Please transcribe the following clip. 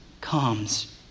comes